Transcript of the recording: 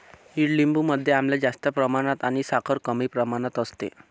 ईडलिंबू मध्ये आम्ल जास्त प्रमाणात आणि साखर कमी प्रमाणात असते